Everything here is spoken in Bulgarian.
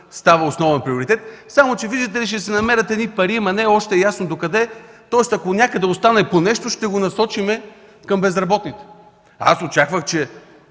става основен приоритет, само че видите ли, ще се намерят едни пари, ама не е още ясно докъде, тоест ако някъде остане нещо, ще го насочим към безработните! Аз очаквах, че